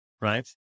right